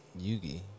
Yugi